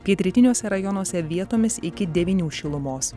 pietrytiniuose rajonuose vietomis iki devynių šilumos